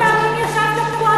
כמה פעמים ישבת פה?